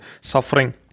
suffering